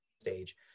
stage